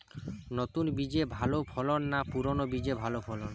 নতুন বীজে ভালো ফলন না পুরানো বীজে ভালো ফলন?